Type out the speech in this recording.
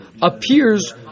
appears